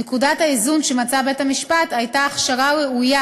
נקודת האיזון שמצא בית-המשפט הייתה הכשרה ראויה